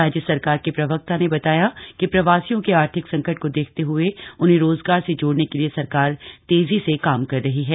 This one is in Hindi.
राज्य सरकार के प्रवक्ता ने बताया कि प्रवासियों के अर्थिक संकट को देखते हुए उन्हें रोजगार से जोड़ने के लिए सरकार तेजी से काम कर रही है